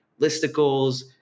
listicles